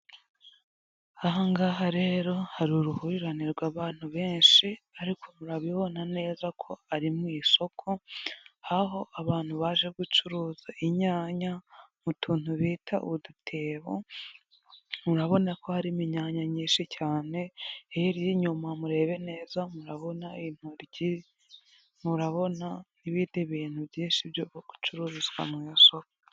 Aha ngaha rero hari uruhurirane rw'abantu benshi, ariko urabibona neza ko ari mu isoko, aho abantu baje gucuruza inyanya mu tuntu bita udutebo, murabona ko harimo inyanya nyinshi cyane, hirya inyuma murebe neza murabona intoryi, murabona n'bindi bintu byinshi byo gucururizwa mu isoko.